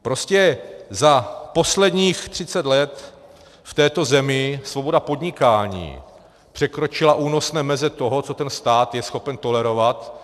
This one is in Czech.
Prostě za posledních třicet let v této zemi svoboda podnikání překročila únosné meze toho, co ten stát je schopen tolerovat.